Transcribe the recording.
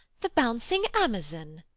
the bouncing amazon,